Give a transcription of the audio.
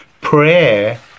Prayer